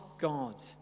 God